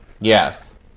yes